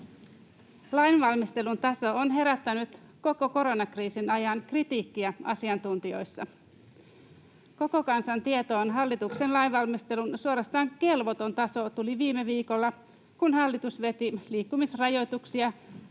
Lainvalmistelun taso on herättänyt koko koronakriisin ajan kritiikkiä asiantuntijoissa. Koko kansan tietoon hallituksen lainvalmistelun suorastaan kelvoton taso tuli viime viikolla, kun hallitus veti liikkumisrajoituksia